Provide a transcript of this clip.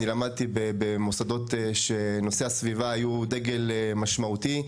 אני למדתי במוסדות שנושא הסביבה היו דגל משמעותי.